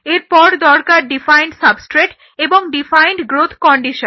এরপর দরকার defined substrate এবং ডিফাইন্ড গ্রোথ কন্ডিশন